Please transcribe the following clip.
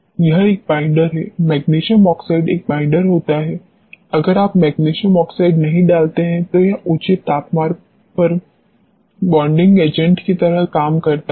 यह एक बाइंडर है मैग्नीशियम ऑक्साइड एक बाइंडर होता है अगर आप मैग्नीशियम ऑक्साइड नहीं डालते हैं तो यह ऊंचे तापमान पर बॉन्डिंग एजेंट की तरह काम करता है